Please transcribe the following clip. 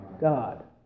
God